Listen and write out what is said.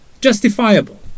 Justifiable